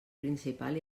principal